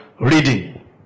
reading